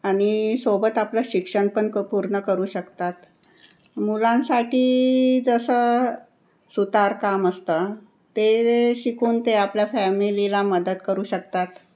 आणि सोबत आपलं शिक्षण पण क पूर्ण करू शकतात मुलांसाठी जसं सुतारकाम असतं ते शिकून ते आपल्या फॅमिलीला मदत करू शकतात